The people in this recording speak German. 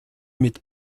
mit